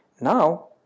Now